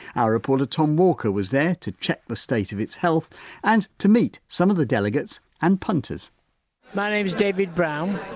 our reporter, tom walker, was there to check the state of its health and to meet some of the delegates and punters my name's david brown.